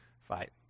fight